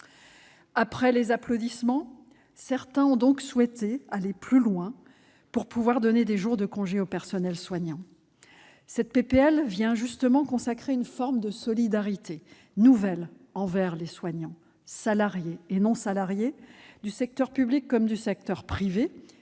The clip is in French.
Après les applaudissements, certains ont donc souhaité aller plus loin et pouvoir donner des jours de congé aux personnels soignants. Cette proposition de loi vient justement consacrer une forme de solidarité nouvelle envers les soignants, salariés et non-salariés, du secteur public comme du secteur privé,